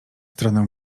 stronę